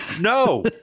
No